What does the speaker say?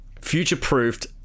future-proofed